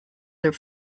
their